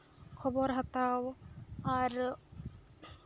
ᱠᱷᱚᱵᱚᱨ ᱦᱟᱛᱟᱣ ᱟᱨ